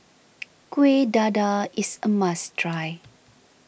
Kuih Dadar is a must try